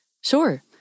Sure